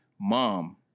mom